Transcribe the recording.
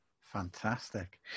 fantastic